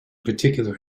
particular